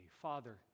father